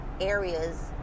areas